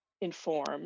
informed